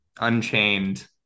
Unchained